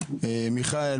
מיכאל,